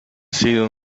sido